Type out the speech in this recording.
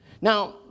Now